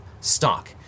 stock